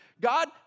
God